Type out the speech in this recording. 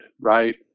Right